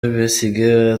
besigye